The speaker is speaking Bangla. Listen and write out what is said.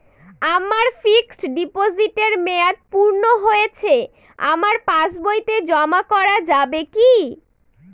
আমার ফিক্সট ডিপোজিটের মেয়াদ পূর্ণ হয়েছে আমার পাস বইতে জমা করা যাবে কি?